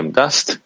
dust